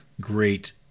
great